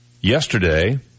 yesterday